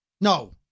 No